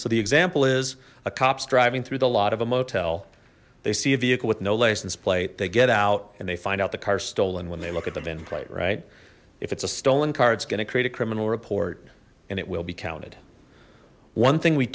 so the example is a cops driving through the lot of a motel they see a vehicle with no license plate they get out and they find out the car stolen when they look at the vin plate right if it's a stolen car it's gonna create a criminal report and it will be counted one thing we